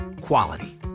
quality